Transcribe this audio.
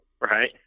right